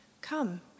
Come